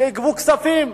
שיגבו כספים,